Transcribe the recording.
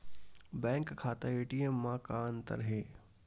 Bank खाता ATM मा का अंतर हे?